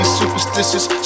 superstitious